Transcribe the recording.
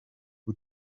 who